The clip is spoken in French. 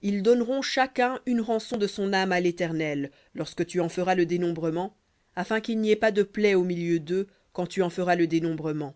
ils donneront chacun une rançon de son âme à l'éternel lorsque tu en feras le dénombrement afin qu'il n'y ait pas de plaie au milieu d'eux quand tu en feras le dénombrement